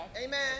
Amen